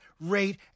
rate